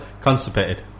constipated